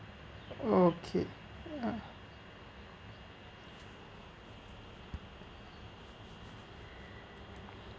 okay ah